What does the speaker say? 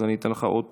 אז אני אתן לך עוד